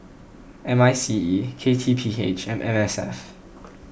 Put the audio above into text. M I C E K T P H and M S F